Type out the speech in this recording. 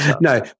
No